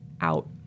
out